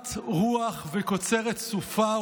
זורעת רוח וקוצרת סופה,